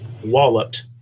walloped